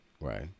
Right